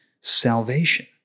salvation